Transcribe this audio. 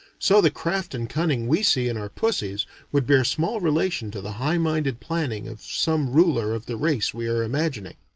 so the craft and cunning we see in our pussies would bear small relation to the high-minded planning of some ruler of the race we are imagining.